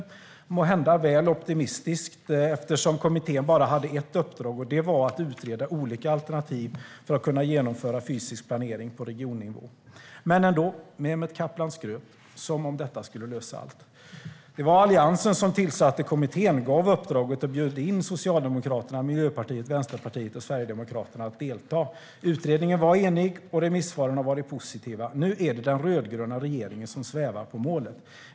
Det var måhända väl optimistiskt, eftersom kommittén bara hade ett uppdrag. Det var att utreda olika alternativ för att kunna genomföra fysisk planering på regionnivå. Men ändå: Mehmet Kaplan skröt, som om detta skulle lösa allt. Det var Alliansen som tillsatte kommittén, gav uppdraget och bjöd in Socialdemokraterna, Miljöpartiet, Vänsterpartiet och Sverigedemokraterna att delta. Utredningen var enig, och remissvaren har varit positiva. Nu är det den rödgröna regeringen som svävar på målet.